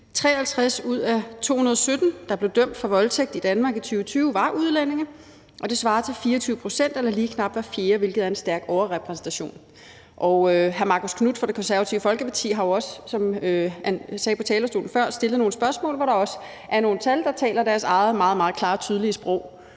53 ud af 217, der blev dømt for voldtægt i Danmark i 2020, var udlændinge, og det svarer til 24 pct. eller lige knap hver fjerde, hvilket er en stærk overrepræsentation. Hr. Marcus Knuth fra Det Konservative Folkeparti har stillet nogle spørgsmål, som han sagde fra talerstolen før, hvor der også er nogle tal, der taler deres eget meget, meget klare, tydelige sprog.